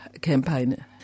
campaign